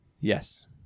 Yes